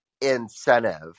incentive